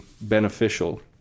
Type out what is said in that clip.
beneficial